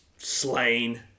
slain